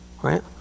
Right